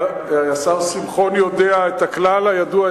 השר שמחון יודע את הכלל הידוע,